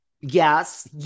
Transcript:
Yes